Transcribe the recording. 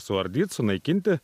suardyt sunaikinti